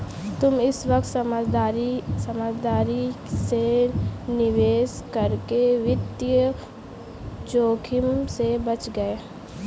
तुम इस वक्त समझदारी से निवेश करके वित्तीय जोखिम से बच गए